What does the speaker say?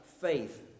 faith